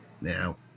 Now